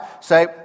say